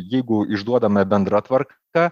jeigu išduodame bendra tvarka